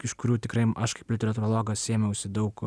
iš kurių tikrai aš kaip literatūrologas sėmiausi daug